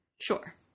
Sure